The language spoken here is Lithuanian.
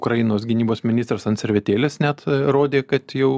ukrainos gynybos ministras ant servetėlės net rodė kad jau